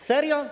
Serio?